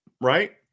right